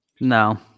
No